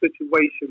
situation